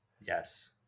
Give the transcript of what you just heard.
yes